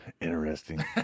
Interesting